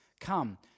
come